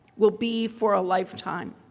will be for a lifetime.